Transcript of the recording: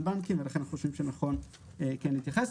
בנקים ולכן אני חושב שנכון ן להתייחס.